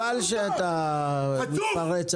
חבל שאתה מתפרץ.